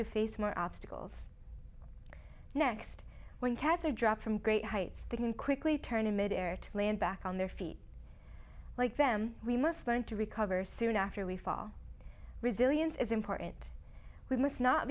to face more obstacles next when cats are dropped from great heights they can quickly turn in mid air to land back on their feet like them we must learn to recover soon after we fall resilience is important we must not